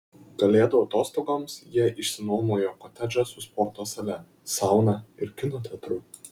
kalėdų atostogoms jie išsinuomojo kotedžą su sporto sale sauna ir kino teatru